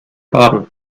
baden